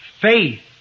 faith